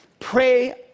Pray